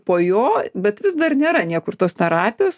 po jo bet vis dar nėra niekur tos terapijos